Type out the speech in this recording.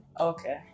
Okay